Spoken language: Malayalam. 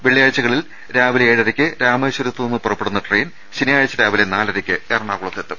വെള്ളിയാഴ്ചകളിൽ രാവിലെ ഏഴരയ്ക്ക് രാമേശ്വരത്ത് നിന്ന് പുറപ്പെടുന്ന ട്രെയിൻ ശനിയാഴ്ച രാവിലെ നാലരയ്ക്ക് എറണാകുളത്തെത്തും